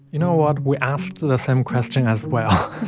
you know what? we asked the same question as well